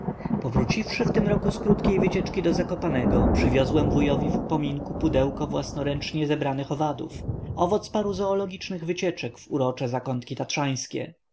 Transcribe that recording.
tak powróciwszy w tym roku z krótkiej wycieczki do zakopanego przywiozłem wujowi w upominku pudełko własnoręcznie zebranych owadów owoc paru zoologicznych wycieczek w urocze zakątki tatrzańskie